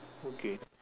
okay